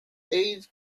these